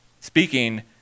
speaking